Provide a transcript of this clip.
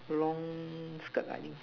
long skirt I means